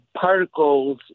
particles